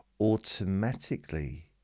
automatically